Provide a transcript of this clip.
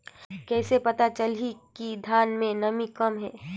कइसे पता चलही कि धान मे नमी कम हे?